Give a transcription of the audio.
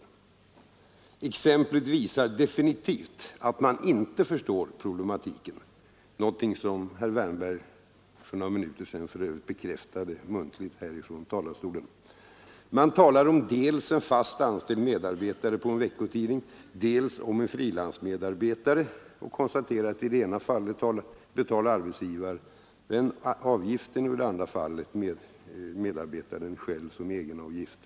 Detta exempel visar definitivt att man inte förstår problematiken, någonting som herr Wärnberg för övrigt för några minuter sedan bekräftade muntligt från talarstolen. Man talar dels om en fast anställd medarbetare på veckotidning, dels om en frilansmedarbetare. Man konstaterar att i det ena fallet betalar arbetsgivaren avgiften och i det andra fallet får skribenten själv stå för egenavgift.